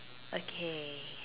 okay